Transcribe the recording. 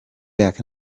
back